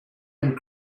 and